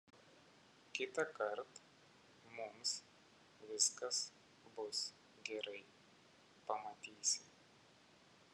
kitąkart mums viskas bus gerai pamatysi